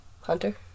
Hunter